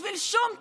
בשביל שום תיק,